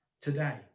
today